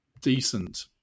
decent